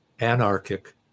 anarchic